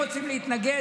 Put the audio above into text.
אם רוצים להתנגד,